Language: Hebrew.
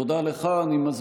תודה לך.